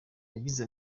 yagize